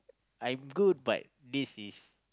I'm good but this is